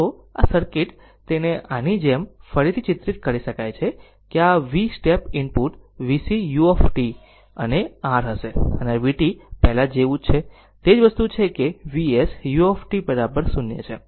તો આ સર્કિટ તેને આની જેમ ફરીથી ચિત્રિત કરી શકાય છે કે આ V step input Vs u અને r હશે અને vt પહેલા જેવું જ છે તે જ વસ્તુ છે કે Vs u બરાબર 0 છે